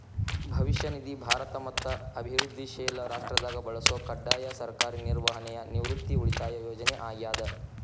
ಭವಿಷ್ಯ ನಿಧಿ ಭಾರತ ಮತ್ತ ಅಭಿವೃದ್ಧಿಶೇಲ ರಾಷ್ಟ್ರದಾಗ ಬಳಸೊ ಕಡ್ಡಾಯ ಸರ್ಕಾರಿ ನಿರ್ವಹಣೆಯ ನಿವೃತ್ತಿ ಉಳಿತಾಯ ಯೋಜನೆ ಆಗ್ಯಾದ